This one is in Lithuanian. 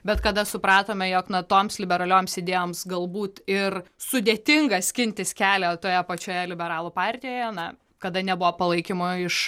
bet kada supratome jog na toms liberalioms idėjoms galbūt ir sudėtinga skintis kelią toje pačioje liberalų partijoje na kada nebuvo palaikymo iš